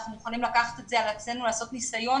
מוכנים לקחת את זה על עצמנו ולעשות ניסיון